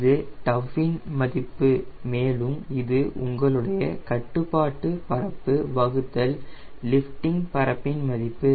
இது டவ்வின் மதிப்பு மேலும் இது உங்களுடைய கட்டுப்பாட்டு பரப்பு வகுத்தல் லிஃப்டிங் பரப்பின் மதிப்பு